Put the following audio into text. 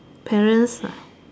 parents ah